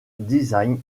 design